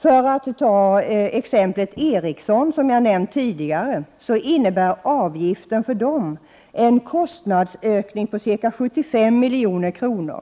För Ericsson, som jag nämnt tidigare, innebär avgiften en kostnadsökning på ca 75 milj.kr.